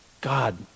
God